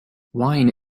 wine